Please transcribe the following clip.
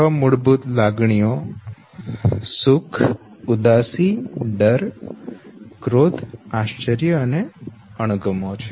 છ મૂળભૂત લાગણીઓ સુખ ઉદાસી ડર ક્રોધ આશ્ચર્ય અને અણગમો છે